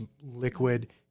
liquid